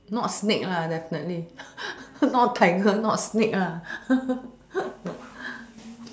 not snake definitely not tiger not snake